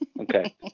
Okay